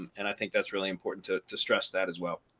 and i think that's really important to to stress that as well.